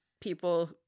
people